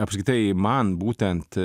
apskritai man būtent